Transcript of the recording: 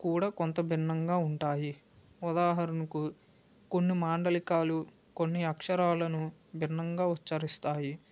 కూడా కొంత భిన్నంగా ఉంటాయి ఉదాహరణకు కొన్ని మాండలికాలు కొన్ని అక్షరాలను భిన్నంగా ఉచ్చరిస్తాయి